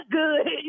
good